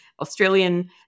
Australian